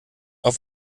auf